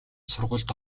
сургуульд